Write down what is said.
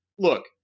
Look